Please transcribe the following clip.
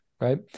right